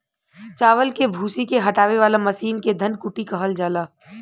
चावल के भूसी के हटावे वाला मशीन के धन कुटी कहल जाला